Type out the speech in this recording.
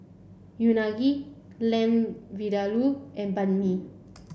Unagi Lamb Vindaloo and Banh Mi